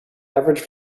average